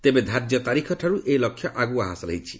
ତେବେ ଧାର୍ଯ୍ୟ ତାରିଖ ଠାର୍ଚ ଏହି ଲକ୍ଷ୍ୟ ଆଗ୍ରଆ ହାସଲ ହୋଇଛି